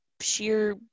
sheer